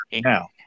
now